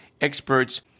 experts